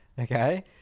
okay